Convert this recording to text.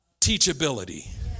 teachability